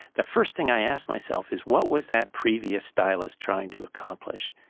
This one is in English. the first thing i asked myself is what was that previous stylist trying to accomplish?